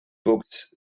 books